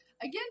Again